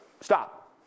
stop